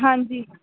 हां जी